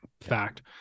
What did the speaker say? fact